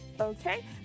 okay